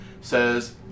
says